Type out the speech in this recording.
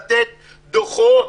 לתת דוחות.